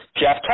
Jeff